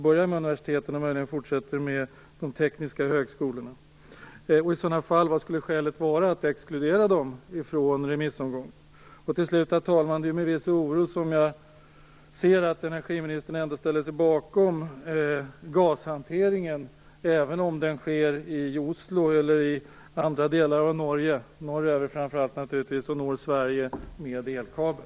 Vad skulle i så fall skälet vara att exkludera dem från remissomgången? Slutligen, herr talman, är det med viss oro som jag noterar att energiministern ställer sig bakom gashanteringen. Även om den sker i Oslo eller andra delar av Norge, framför allt norröver, når den Sverige via elkabel.